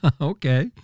Okay